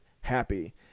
happy